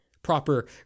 proper